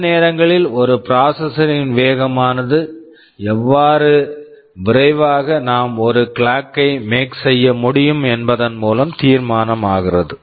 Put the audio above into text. சில நேரங்களில் ஒரு ப்ராசசர்ஸ் processor -ன் வேகமானது எவ்வளவு விரைவாக நாம் ஒரு கிளாக் clock ஐ மேக் make செய்ய முடியும் என்பதன் மூலம் தீர்மானம் ஆகிறது